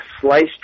sliced